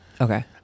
Okay